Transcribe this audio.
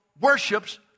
worships